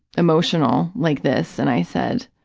emotional like this, and i said,